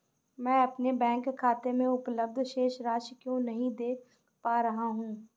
मैं अपने बैंक खाते में उपलब्ध शेष राशि क्यो नहीं देख पा रहा हूँ?